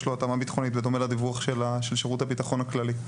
לו התאמה ביטחונית בדומה לדיווח של שירות הביטחון הכללי.